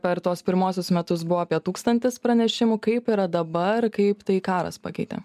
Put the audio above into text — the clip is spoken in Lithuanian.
per tuos pirmuosius metus buvo apie tūkstantis pranešimų kaip yra dabar kaip tai karas pakeitė